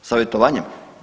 Savjetovanjem?